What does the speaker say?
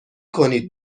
کنید